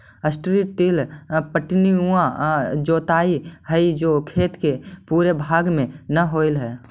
strip till पट्टीनुमा जोताई हई जो खेत के पूरे भाग में न होवऽ हई